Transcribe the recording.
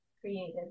created